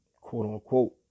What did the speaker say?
quote-unquote